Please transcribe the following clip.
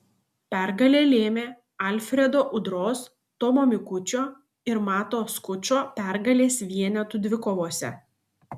pergalę lėmė alfredo udros tomo mikučio ir mato skučo pergalės vienetų dvikovose